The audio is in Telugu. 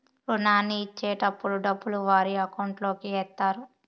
రుణాన్ని ఇచ్చేటటప్పుడు డబ్బులు వారి అకౌంట్ లోకి ఎత్తారు